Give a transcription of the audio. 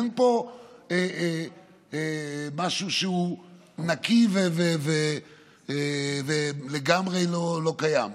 אין פה משהו שהוא נקי ולגמרי לא קיים,